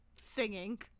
singing